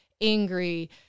angry